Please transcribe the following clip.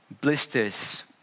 Blisters